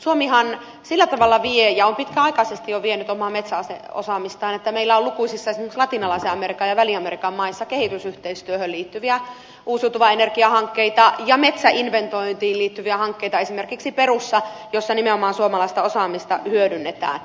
suomihan sillä tavalla vie ja on pitkäaikaisesti jo vienyt omaa metsäosaamistaan että meillä on esimerkiksi lukuisissa latinalaisen amerikan ja väli amerikan maissa kehitysyhteistyöhön liittyviä uusiutuvan energian hankkeita ja metsäinventointiin liittyviä hankkeita esimerkiksi perussa jossa nimenomaan suomalaista osaamista hyödynnetään